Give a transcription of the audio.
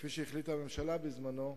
כפי שהחליטה הממשלה בזמנו,